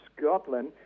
Scotland